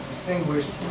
Distinguished